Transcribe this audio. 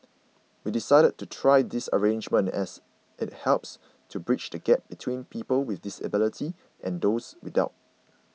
we decided to try this arrangement as it helps to bridge the gap between people with disabilities and those without